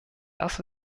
das